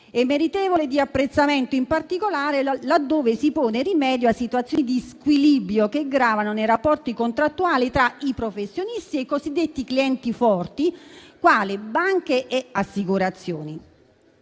meritevole di apprezzamento, in particolare laddove pone rimedio a situazioni di squilibrio che gravano nei rapporti contrattuali tra i professionisti e i cosiddetti clienti forti, quali banche e assicurazioni.